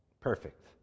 Perfect